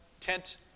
tent